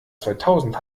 zweitausend